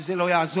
שזה לא יעזור,